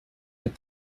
get